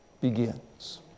begins